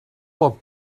bod